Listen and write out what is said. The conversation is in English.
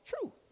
truth